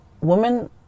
Women